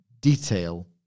detail